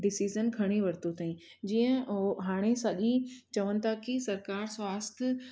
decision खणी वरितो ताईं जीअं उहो हाणे सघी चवनि था कि सरकार स्वास्थ्य